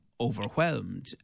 overwhelmed